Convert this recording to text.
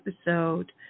episode